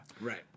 Right